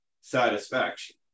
satisfaction